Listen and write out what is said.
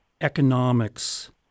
economics